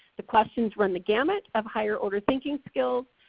the questions run the gamut of higher-order thinking skills.